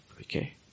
Okay